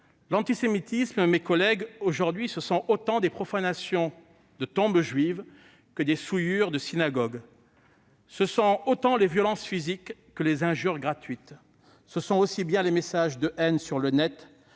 L'antisémitisme, aujourd'hui, ce sont autant des profanations de tombes juives que des souillures sur les synagogues. Ce sont aussi bien les violences physiques que les injures gratuites. Ce sont aussi bien les messages de haine sur le Net